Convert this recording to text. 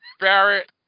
Barrett